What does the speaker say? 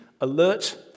alert